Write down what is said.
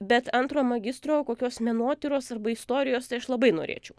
bet antro magistro o kokios menotyros arba istorijos tai aš labai norėčiau